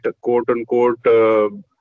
quote-unquote